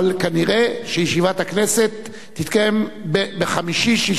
אבל כנראה ישיבת הכנסת תתקיים ב-5, או ב-6,